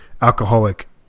alcoholic